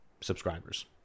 subscribers